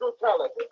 brutality